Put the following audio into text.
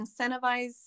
incentivize